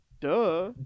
Duh